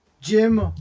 Jim